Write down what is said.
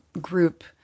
group